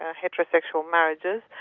ah heterosexual marriages.